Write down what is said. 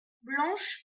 blanche